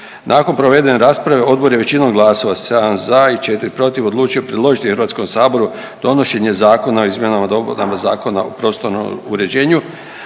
Nakon provedene rasprave odbor je većinom glasova 7 za i 4 protiv odlučio predložiti HS donošenje Zakona o izmjenama i dopunama Zakona o prostornom uređenju